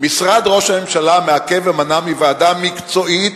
"משרד ראש הממשלה התערב ומנע מוועדה מקצועית